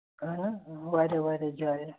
اَہَن حظ واریاہ واریاہ جایہِ